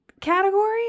category